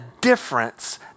difference